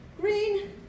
green